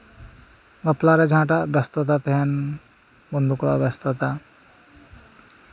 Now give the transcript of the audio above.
ᱵᱟᱯᱞᱟᱨᱮ ᱡᱟᱸᱦᱟᱴᱟᱜ ᱵᱮᱥᱛᱚᱛᱟ ᱛᱟᱦᱮᱱ ᱵᱚᱱᱫᱷᱩ ᱠᱚᱲᱟᱣᱟᱜ ᱵᱮᱥᱛᱚᱛᱟ